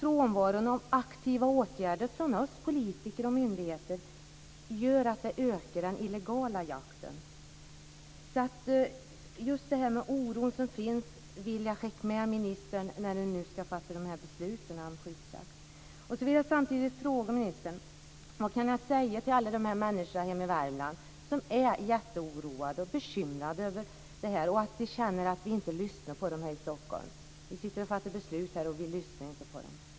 Frånvaron av aktiva åtgärder från oss politiker och myndigheter gör att den illegala jakten ökar. Jag vill skicka med orden om oron till ministern nu när besluten om skyddsjakt ska fattas. Vad ska jag säga till alla de människor hemma i Värmland som är oroade och bekymrade, till dem som känner att vi här i Stockholm inte lyssnar? Vi sitter här och fattar beslut och lyssnar inte på dem.